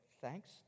thanks